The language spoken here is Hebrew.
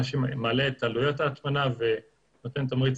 מה שמעלה את עלויות ההטמנה ונותן תמריץ